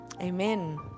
Amen